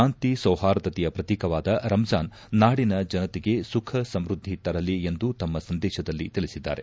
ಶಾಂತಿ ಸೌಹಾರ್ದತೆಯ ಪ್ರತೀಕವಾದ ರಂಜಿಾನ್ ನಾಡಿನ ಜನತೆಗೆ ಸುಖ ಸಮೃದ್ದಿ ತರಲಿ ಎಂದು ತಮ್ಮ ಸಂದೇಶದಲ್ಲಿ ತಿಳಿಸಿದ್ದಾರೆ